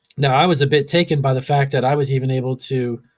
now, i was a bit taken by the fact that i was even able to